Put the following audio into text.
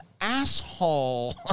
asshole